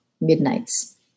Midnights